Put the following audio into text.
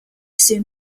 soon